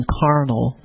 carnal